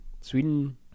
sweden